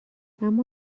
اما